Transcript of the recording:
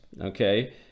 Okay